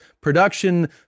production